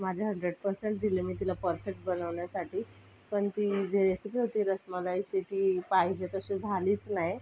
माझे hundred percent दिले मी तिला परफेक्ट बनवण्यासाठी पण ती जे रेसीपी होती रसमलाईची ती पाहिजे तशी झालीच नाही